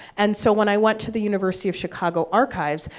and so when i went to the university of chicago archives,